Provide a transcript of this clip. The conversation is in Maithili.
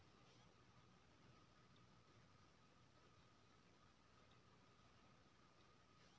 हॉल टॉपर एकटा मशीन छै जे जमीनसँ अल्लु निकालै सँ पहिने अल्लुक गाछ काटय छै